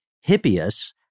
Hippias